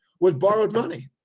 was borrowed money,